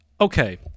okay